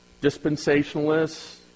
dispensationalists